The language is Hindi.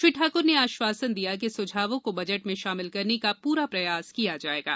श्री ठाक्र ने आश्वासन दिया कि सुझावों को बजट में शामिल करने का पूरा प्रयास करेंगे